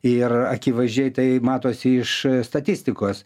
ir akivaizdžiai tai matosi iš statistikos